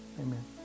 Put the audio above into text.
Amen